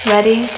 Ready